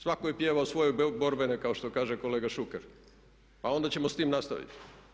Svatko je pjevao svoje borbene kao što kaže kolega Šuker pa onda ćemo s tim nastaviti.